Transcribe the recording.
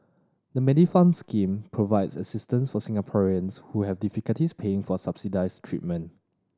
the Medifund scheme provides assistance for Singaporeans who have difficulties paying for subsidized treatment